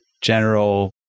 general